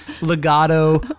legato